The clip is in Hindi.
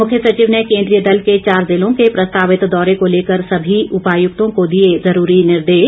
मुख्य सचिव ने केंद्रीय दल के चार जिलों के प्रस्तावित दौरे को लेकर सभी उपायुक्तों को दिए जरूरी निर्देश